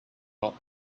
not